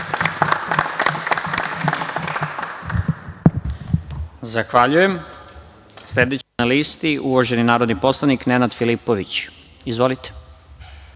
Zahvaljujem. Sledeći na listi, uvaženi narodni poslanik Nenad Filipović. Izvolite.